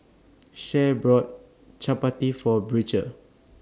Sharee brought Chaat Pati For Beecher